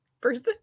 person